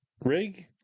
rig